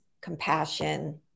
compassion